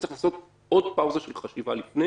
הוא צריך לעשות עוד פאוזה של חשיבה לפני,